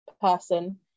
person